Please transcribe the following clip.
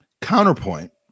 counterpoint